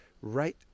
Right